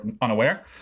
unaware